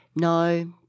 no